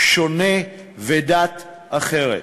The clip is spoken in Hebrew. שונה ודת אחרת.